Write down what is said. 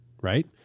right